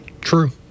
True